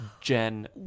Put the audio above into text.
Jen